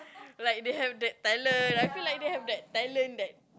like they have that talent I feel like they have that talent that